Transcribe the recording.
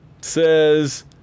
says